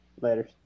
Later